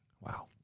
Wow